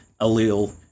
allele